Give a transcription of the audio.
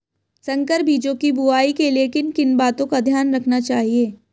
संकर बीजों की बुआई के लिए किन किन बातों का ध्यान रखना चाहिए?